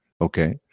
Okay